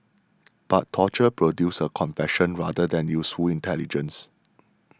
but torture produces a confession rather than useful intelligence